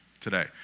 today